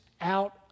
out